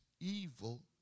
evil